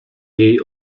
jej